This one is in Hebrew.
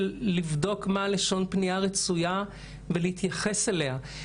לבדוק מה לשון הפנייה הרצויה ולהתייחס אליה.